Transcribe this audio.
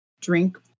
drink